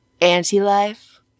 Anti-life